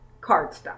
cardstock